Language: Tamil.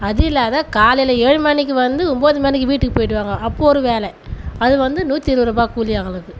அது இல்லாத காலையில ஏழு மணிக்கு வந்து ஒம்பது மணிக்கு வீட்டுக்கு போய்டுவாங்க அப்போது ஒரு வேலை அது வந்து நூற்றி இருபதுருபா கூலி அவங்களுக்கு